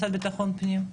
משרד ביטחון הפנים?